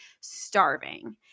starving